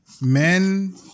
Men